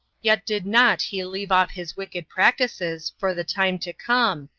yet did not he leave off his wicked practices for the time to come,